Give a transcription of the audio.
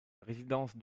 résidence